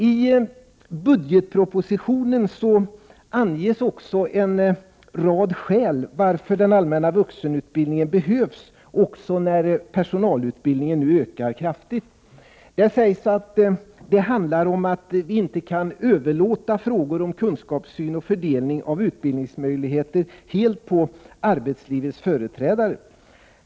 I budgetpropositionen anges en rad skäl till varför den allmänna vuxenutbildningen behövs även när personalutbildningen nu ökar kraftigt. Det handlar om att vi inte helt kan överlåta frågor om kunskapssyn och fördelning av utbildningsmöjligheter på arbetslivets företrädare.